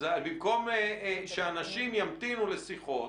אז במקום שאנשים ימתינו לשיחות,